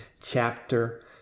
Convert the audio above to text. chapter